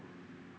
ahmad